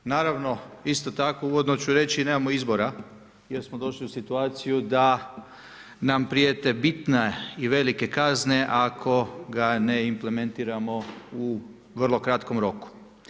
Naravno isto tako uvodno ću reći nemamo izbora jer smo došli u situaciju da nam prijete bitne i velike kazne ako ga ne implementiramo u vrlo kratkom roku.